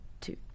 two